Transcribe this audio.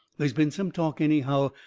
they's been some talk, anyhow,